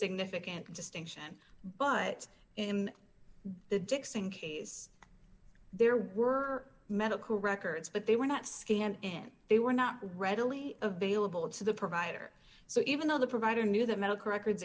significant distinction but in the dixon case there were medical records but they were not scanned in they were not readily available to the provider so even though the provider knew that medical records